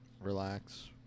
relax